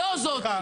-- -לא זאת.